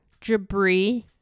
Jabri